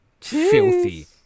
filthy